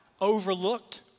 overlooked